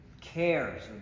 cares